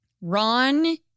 Ron